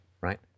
right